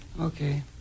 Okay